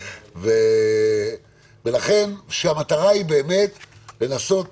המטרה היא באמת לנסות